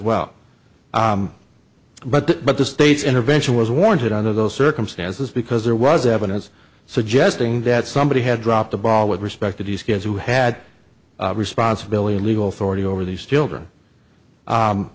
well but but the state's intervention was warranted under those circumstances because there was evidence suggesting that somebody had dropped the ball with respect to these kids who had responsibility and legal authority over these children